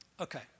Okay